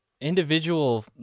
individual